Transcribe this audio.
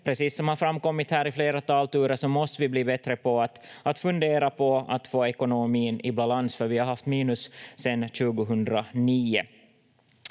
precis som det har framkommit här i flera talturer måste vi bli bättre på att fundera på att få ekonomin i balans, för vi har haft minus sedan 2009.